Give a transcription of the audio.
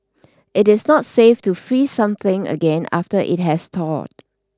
it is not safe to freeze something again after it has thawed